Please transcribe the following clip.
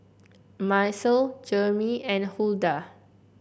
Macel Jermey and Huldah